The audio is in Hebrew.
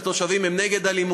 את התושבים: הם נגד אלימות.